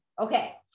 Okay